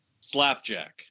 Slapjack